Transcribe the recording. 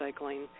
recycling